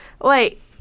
Wait